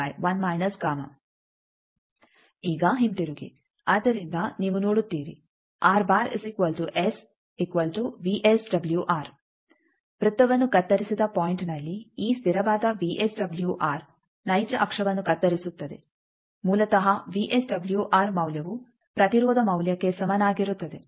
ಈಗ ಹಿಂತಿರುಗಿ ಆದ್ದರಿಂದ ನೀವು ನೋಡುತ್ತೀರಿ ವೃತ್ತವನ್ನು ಕತ್ತರಿಸಿದ ಪಾಯಿಂಟ್ನಲ್ಲಿ ಈ ಸ್ಥಿರವಾದ ವಿಎಸ್ಡಬ್ಲ್ಯೂಆರ್ ನೈಜ ಅಕ್ಷವನ್ನು ಕತ್ತರಿಸುತ್ತದೆ ಮೂಲತಃ ವಿಎಸ್ಡಬ್ಲ್ಯೂಆರ್ ಮೌಲ್ಯವು ಪ್ರತಿರೋಧ ಮೌಲ್ಯಕ್ಕೆ ಸಮನಾಗಿರುತ್ತದೆ